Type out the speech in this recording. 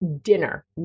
dinner